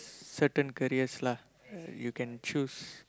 certain careers lah you can choose